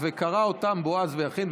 וקראו אותם בועז ויכין.